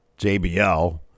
JBL